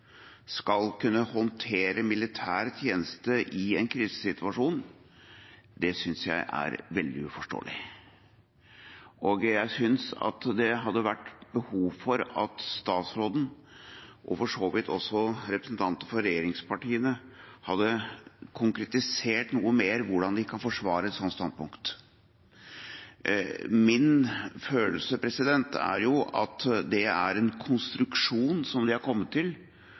skal kunne håndtere militær tjeneste i en krisesituasjon, er for meg veldig uforståelig. Jeg synes det er behov for at statsråden og for så vidt også representanter for regjeringspartiene hadde konkretisert noe mer hvordan de kan forsvare et sånt standpunkt. Min følelse er at det er en konstruksjon som de har kommet til